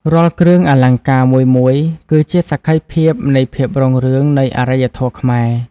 រាល់គ្រឿងអលង្ការមួយៗ គឺជាសក្ខីភាពនៃភាពរុងរឿងនៃអរិយធម៌ខ្មែរ។